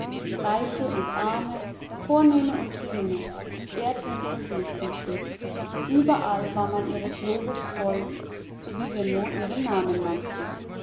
reiche und arme vornehme und geringe ehrten und liebten sie überall war man ihres lobes voll sowie wir nur ihren namen nannten